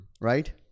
Right